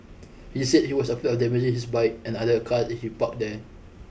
he said he was afraid of damaging his bike and other car if he parked there